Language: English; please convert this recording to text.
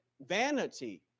vanity